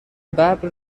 ببر